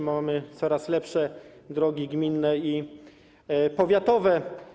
Mamy coraz lepsze drogi gminne i powiatowe.